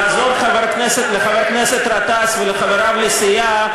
לעזור לחבר הכנסת גטאס ולחבריו לסיעה,